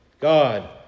God